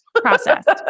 Processed